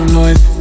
noise